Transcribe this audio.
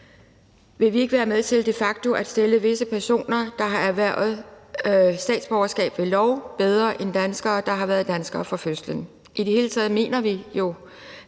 vil vi ikke være med til de facto at stille visse personer, der har erhvervet statsborgerskab ved lov, bedre end danskere, der har været danskere fra fødslen. I det hele taget mener vi jo